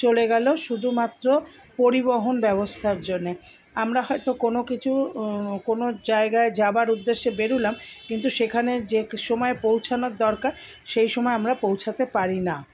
চলে গেলো শুধুমাত্র পরিবহণ ব্যবস্থার জন্যে আমরা হয়তো কোনো কিছু কোনো জায়গায় যাবার উদ্দেশ্যে বেরোলাম কিন্তু সেখানে যে সময়ে পৌঁছনোর দরকার সেই সময়ে আমরা পৌঁছতে পারি না